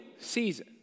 season